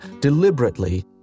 deliberately